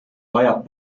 vajab